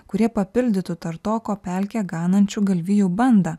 kurie papildytų tartoko pelkėj ganančių galvijų bandą